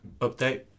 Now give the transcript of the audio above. update